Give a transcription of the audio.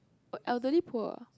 elderly poor